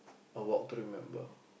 a Walk to Remember